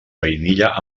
vainilla